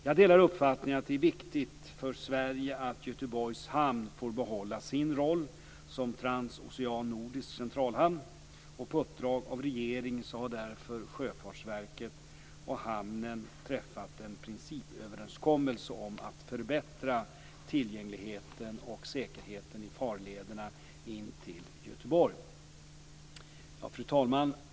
Jag delar uppfattningen att det är viktigt för Sverige att Göteborgs hamn får behålla sin roll som transocean nordisk centralhamn. På uppdrag av regeringen har därför Sjöfartsverket och hamnen träffat en principöverenskommelse om att förbättra tillgängligheten och säkerheten i farlederna in till Göteborg. Fru talman!